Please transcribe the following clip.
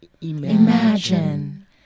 Imagine